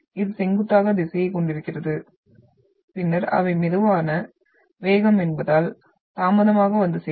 இது செங்குத்தாக திசையைக் கொண்டிருக்கிறது பின்னர் அவை மெதுவான வேகம் என்பதால் தாமதமாக வந்து சேரும்